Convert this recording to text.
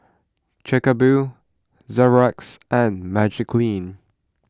Chic A Boo Xorex and Magiclean